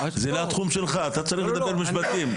זה לא התחום שלך, אתה צריך לדבר משפטית.